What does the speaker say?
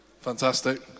Fantastic